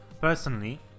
personally